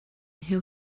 who